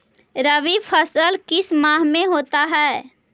रवि फसल किस माह में होता है?